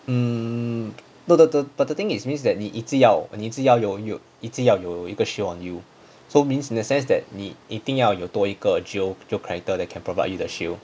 mm no the but the thing means that 你一直要你一直要有有一直要有一个 shield on you so means in that sense that 一定要有多一个 geo character that can provide you the shield